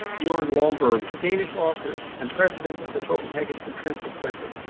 bjorn lomborg is a danish author and president of the copenhagen consensus center,